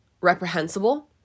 reprehensible